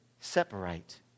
separate